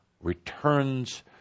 returns